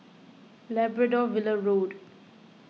Labrador Villa Road